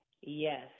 Yes